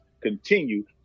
continue